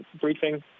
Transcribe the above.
briefing